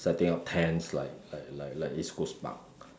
setting up tents like like like like east coast park